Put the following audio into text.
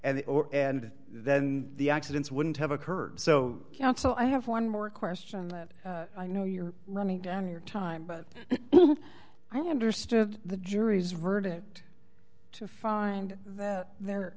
and then the accidents wouldn't have occurred so counsel i have one more question that i know you're running down your time but i understood the jury's verdict to find that there